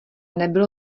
nebylo